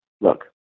Look